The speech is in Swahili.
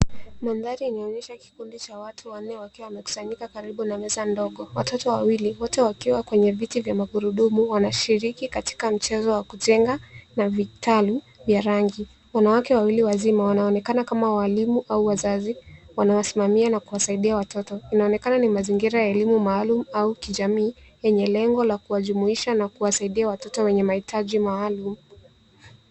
Mandhari inaonyesha kikundi cha watu wanne wakiwa wamekusanyika karibu na meza ndogo. Watoto wawili wote wakiwa kwenye viti vya magurudumu wanashiriki katika mchezo wa kujenga na vitalu vya rangi. Wanawake wawili wazima wanaonekana kama walimu au wazazi wanawasimamia na kuwasaidia watoto. Inaonekana ni mazingira ya elimu maalumu au kijamii yenye lengo la kuwajumuisha na kuwasaidia watoto wenye mahitaji maalum.